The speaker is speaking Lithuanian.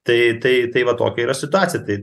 tai tai tai va tokia yra situacija tai